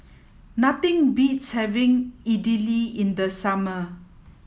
nothing beats having Idili in the summer